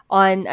on